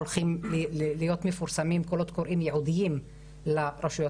הולכים להיות מפורסמים קולות קוראים ייעודיים לרשויות